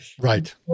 right